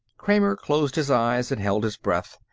kramer closed his eyes and held his breath.